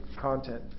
content